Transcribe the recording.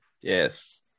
Yes